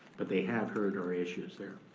but they have heard our issues there.